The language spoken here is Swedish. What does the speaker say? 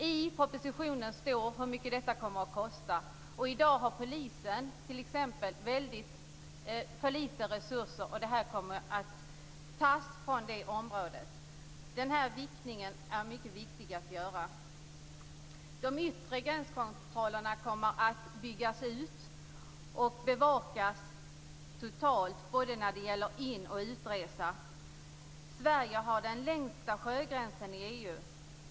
I propositionen står hur mycket detta kommer att kosta. I dag har polisen t.ex. för litet resurser, och kostnaderna för detta kommer att tas från det området. Den här viktningen är mycket viktig att göra. De yttre gränskontrollerna kommer att byggas ut och bevakas totalt både när det gäller in och utresa. Sverige har den längsta sjögränsen i EU.